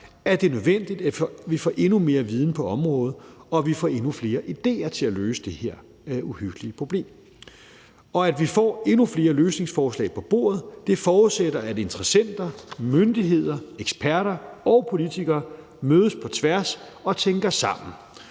er det nødvendigt, at vi får endnu mere viden på området, og at vi får endnu flere idéer til at løse det her uhyggelige problem. Det, at vi får endnu flere løsningsforslag på bordet, forudsætter, at interessenter, myndigheder, eksperter og politikere mødes på tværs og tænker sammen,